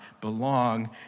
belong